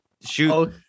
shoot